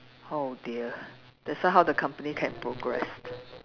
oh dear that's why how the company can progress